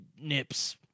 nips